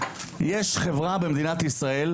יש חברה במדינת ישראל,